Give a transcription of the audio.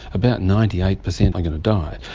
about ninety eight percent are going to die.